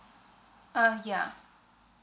uh ya